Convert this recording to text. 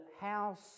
house